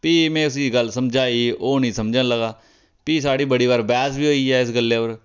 फ्ही में उसी इक गल्ल समझाई ओह् नी समझन लगा फ्ही साढ़ी बड़े बारी बैह्स बी होई ऐ इस गल्लै उप्पर